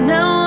Now